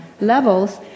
levels